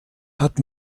hat